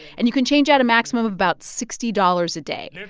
and you can change out a maximum of about sixty dollars a day.